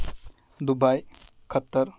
Dubai Qatar